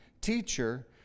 teacher